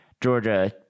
Georgia